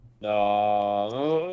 no